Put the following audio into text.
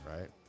right